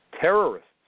Terrorists